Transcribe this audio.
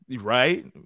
Right